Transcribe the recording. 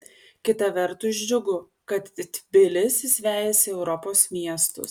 kita vertus džiugu kad tbilisis vejasi europos miestus